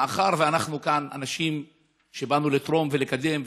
מאחר שאנחנו כאן אנשים שבאו לתרום ולקדם,